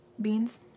beans